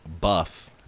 buff